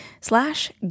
slash